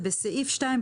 בסעיף 2,